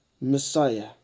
Messiah